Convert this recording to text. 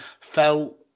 felt